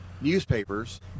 newspapers